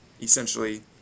essentially